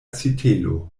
sitelo